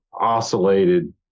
oscillated